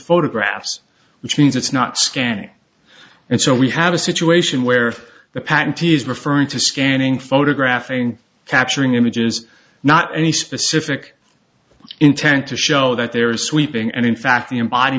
photographs which means it's not scanning and so we have a situation where the patent is referring to scanning photographing capturing images not any specific intent to show that there is sweeping and in fact